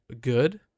good